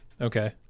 Okay